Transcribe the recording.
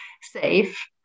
safe